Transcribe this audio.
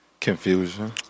Confusion